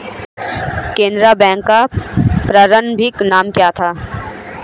Canara bank का प्रारंभिक नाम क्या था?